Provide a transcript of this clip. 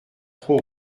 trop